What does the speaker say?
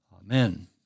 Amen